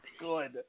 good